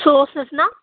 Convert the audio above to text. சோர்ஸஸ்னால்